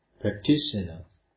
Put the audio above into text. practitioners